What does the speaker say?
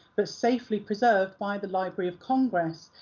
but safely preserved by the library of congress,